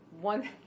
One